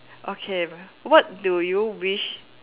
okay what do you wish